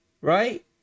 right